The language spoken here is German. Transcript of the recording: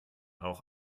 auch